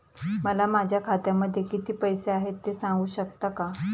मला माझ्या खात्यामध्ये किती पैसे आहेत ते सांगू शकता का?